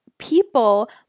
People